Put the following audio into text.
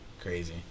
crazy